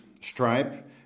stripe